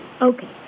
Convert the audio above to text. Okay